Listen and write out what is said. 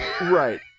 Right